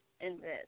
invest